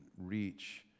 reach